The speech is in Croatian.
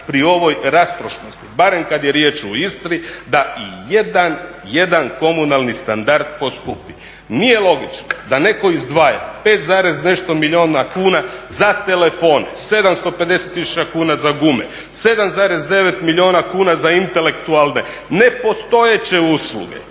pri ovoj rastrošnosti barem kad je riječ o Istri da ijedan komunalni standard poskupi. Nije logično da netko izdvaja pet zarez nešto milijuna kuna za telefone, 750 tisuća kuna za gume, 7,9 milijuna kuna za intelektualne nepostojeće usluge.